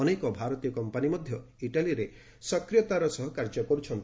ଅନେକ ଭାରତୀୟ କମ୍ପାନୀ ମଧ୍ୟ ଇଟାଲୀରେ ସକ୍ରିୟତାର ସହ କାର୍ଯ୍ୟ କରୁଛନ୍ତି